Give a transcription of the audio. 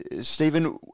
Stephen